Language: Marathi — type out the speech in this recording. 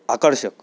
आकर्षक